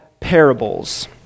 parables